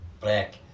black